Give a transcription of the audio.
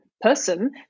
person